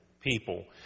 people